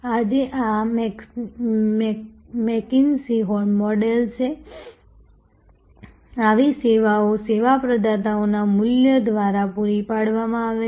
આજે આ McKinsey model છે આવી સેવાઓ સેવા પ્રદાતાઓના સમૂહ દ્વારા પૂરી પાડવામાં આવે છે